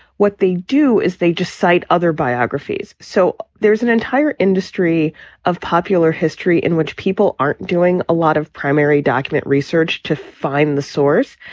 what they do is they just cite other biographies. so there's an entire industry of popular history in which people aren't doing a lot of primary document research to find the source.